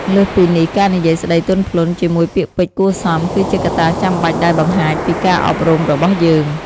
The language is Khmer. លើសពីនេះ ការនិយាយស្តីទន់ភ្លន់ ជាមួយពាក្យពេចន៍គួរសម គឺជាកត្តាចាំបាច់ដែលបង្ហាញពីការអប់រំរបស់យើង។